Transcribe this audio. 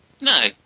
No